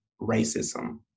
racism